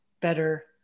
better